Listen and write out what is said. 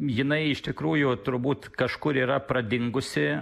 jinai iš tikrųjų turbūt kažkur yra pradingusi